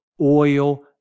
oil